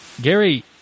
Gary